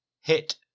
hit